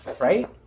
right